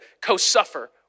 co-suffer